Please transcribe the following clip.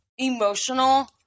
emotional